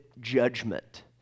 judgment